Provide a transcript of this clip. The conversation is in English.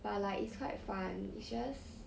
but like it's quite fun it's just